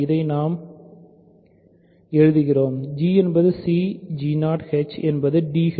இதை நாம் இதை எழுதுகிறோம் g என்பது c h என்பது d